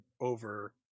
over